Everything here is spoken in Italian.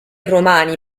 romani